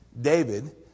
David